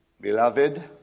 Beloved